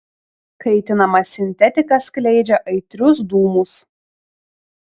kaitinama sintetika skleidžia aitrius dūmus